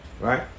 Right